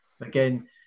Again